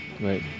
right